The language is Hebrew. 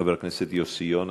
חבר הכנסת יוסי יונה,